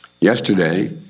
Yesterday